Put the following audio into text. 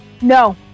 No